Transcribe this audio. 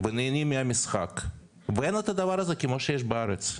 ונהנים מהמשחק, ואין את הדבר הזה כמו שיש בארץ.